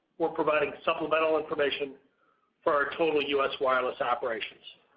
we're providing supplemental information for our total us wireless operations.